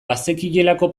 bazekielako